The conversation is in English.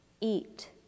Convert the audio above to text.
eat